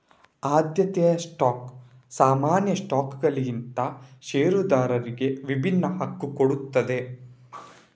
ಆದ್ಯತೆಯ ಸ್ಟಾಕ್ ಸಾಮಾನ್ಯ ಸ್ಟಾಕ್ಗಿಂತ ಷೇರುದಾರರಿಗೆ ವಿಭಿನ್ನ ಹಕ್ಕು ಕೊಡ್ತದೆ